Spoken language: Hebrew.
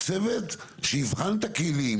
צוות שיבחן את הכלים.